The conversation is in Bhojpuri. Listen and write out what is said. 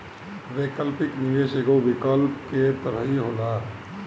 वैकल्पिक निवेश एगो विकल्प के तरही होला